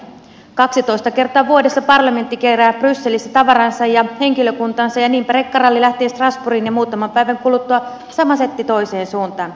kaksitoista kertaa vuodessa parlamentti kerää brysselissä tavaransa ja henkilökuntansa ja niinpä rekkaralli lähtee strasbourgiin ja muutaman päivän kuluttua sama setti toiseen suuntaan